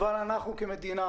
אבל אנחנו כמדינה,